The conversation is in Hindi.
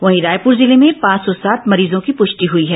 वहीं रायपुर जिले में पांच सौ सात मरीजों की पृष्टि हई है